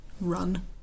run